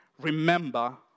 remember